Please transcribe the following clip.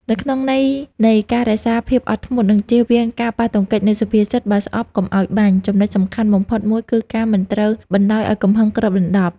នៅក្នុងន័យនៃការរក្សាភាពអត់ធ្មត់ និងជៀសវាងការប៉ះទង្គិចនៃសុភាសិត "បើស្អប់កុំឲ្យបាញ់" ចំណុចសំខាន់បំផុតមួយគឺការមិនត្រូវបណ្តោយឲ្យកំហឹងគ្របដណ្ដប់។